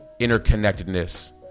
interconnectedness